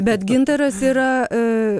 bet gintaras yra